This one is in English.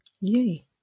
Yay